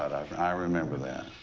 i remember that.